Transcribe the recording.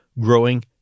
growing